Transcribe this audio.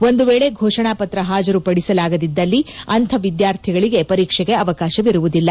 ಒಂದು ವೇಳೆ ಭೋಷಣ ಪತ್ರ ಪಾಜರುಪಡಿಸಲಾಗದಿದ್ದಲ್ಲಿ ಅಂಥ ವಿದ್ಯಾರ್ಥಿಗಳಿಗೆ ಪರೀಕ್ಷೆಗೆ ಅವಕಾಶವಿರುವುದಿಲ್ಲ